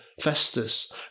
Festus